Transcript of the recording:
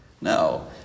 No